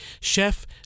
Chef